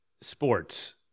sports